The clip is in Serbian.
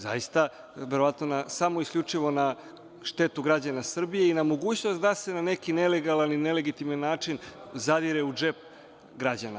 Zaista, verovatno samo na, isključivo, na štetu građana Srbije i na mogućnost da se na neki nelegalan i nelegitimni način zadire u džep građana.